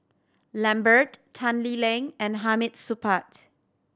Lambert Tan Lee Leng and Hamid Supaat